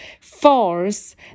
force